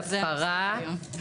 אוקיי, זה בהחלט דיון בפני עצמו.